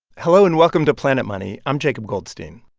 hello, and welcome to planet money. i'm jacob goldstein.